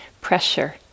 pressure